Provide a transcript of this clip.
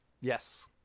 Yes